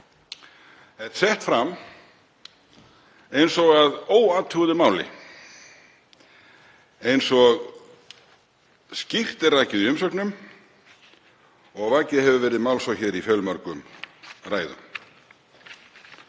er sett fram eins og að óathuguðu máli, líkt og skýrt er rakið í umsögnum og vakið hefur verið máls á hér í fjölmörgum ræðum.